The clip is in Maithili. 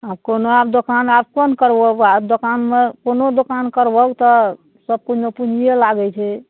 आब कोनो आब दोकान आब कोन करब आब दोकानमे कोनो दोकान करबहक तऽ सबकिछुमे पुँजिए लागै छै